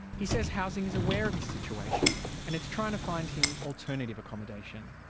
he says housing is aware of his situation and it's trying to find him alternative accommodation.